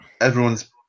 everyone's